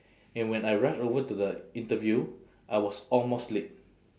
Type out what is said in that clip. and when I rush over to the interview I was almost late